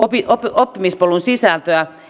oppimispolun sisältöä